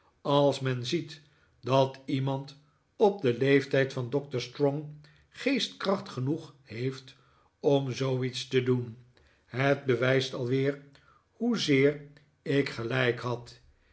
als men ziet dat iemand op den leeftijd van doctor strong geestkracht genoeg heeft om zooiets te doen het bewijst alweer hoezeer ik gelijk had